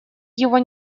его